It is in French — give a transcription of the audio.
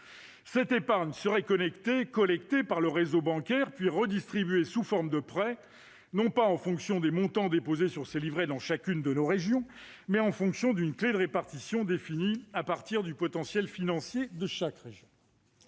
Cette épargne serait collectée par le réseau bancaire, puis redistribuée sous forme de prêts, non pas en fonction des montants déposés sur ces livrets dans chacune de nos régions, mais en fonction d'une clé de répartition définie à partir du potentiel financier de chaque région.